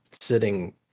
sitting